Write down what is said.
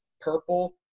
purple